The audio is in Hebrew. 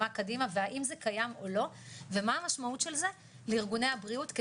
מה קדימה והאם זה קיים או לא ומה המשמעות של זה לארגוני הבריאות,